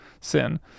sin